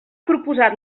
proposat